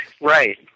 Right